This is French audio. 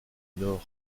nord